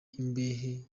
imbehe